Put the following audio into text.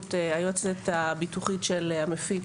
באמצעות היועצת הביטוחית של המפיק,